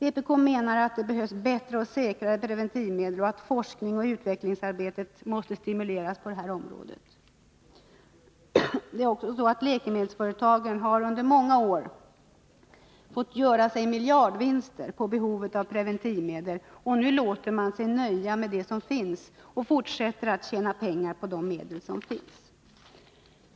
Vpk anser att det behövs bättre och säkrare preventivmedel och att forskning och utvecklingsarbete måste stimuleras på detta område. Läkemedelsföretagen har under många år fått göra sig miljardvinster på behovet av preventivmedel, och nu låter de sig nöja med de medel som finns och fortsätter att tjäna pengar på dem. Fru talman!